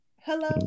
Hello